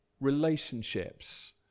relationships